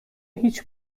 هیچ